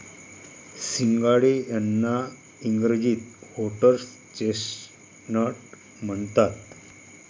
सिंघाडे यांना इंग्रजीत व्होटर्स चेस्टनट म्हणतात